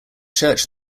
church